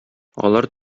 алар